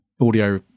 audio